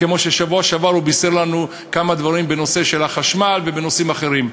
כמו שבשבוע שעבר הוא בישר לנו כמה דברים בנושא החשמל ובנושאים אחרים.